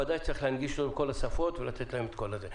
בוודאי שצריך להנגיש אותו בכל השפות ולתת להם את כל המידע.